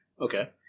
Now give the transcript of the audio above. Okay